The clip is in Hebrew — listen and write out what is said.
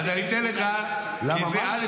אני אתן לך, כי א.